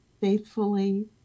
faithfully